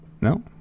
No